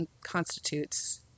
constitutes